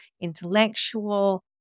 intellectual